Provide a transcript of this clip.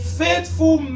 faithful